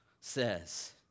Says